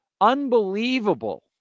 Unbelievable